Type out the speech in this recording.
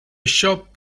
shop